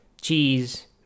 cheese